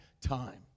time